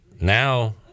now